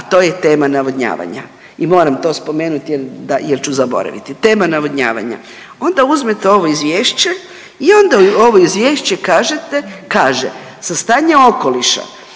a to je tema navodnjavanja. I moram to spomenuti, jer ću zaboraviti. Tema navodnjavanja. Onda uzmete ovo izvješće i onda ovo izvješće kaže za stanje okoliša,